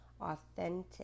authentic